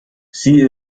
sie